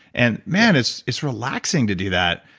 and man, it's it's relaxing to do that.